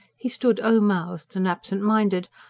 he stood o-mouthed and absentminded,